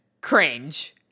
cringe